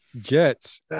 Jets